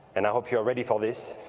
and i hope you are ready for this.